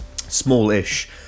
small-ish